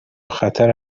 خطر